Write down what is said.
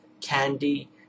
candy